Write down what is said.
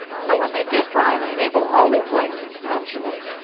so when they did rhyme mabel always liked to mention it.